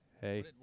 Hey